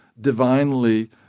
divinely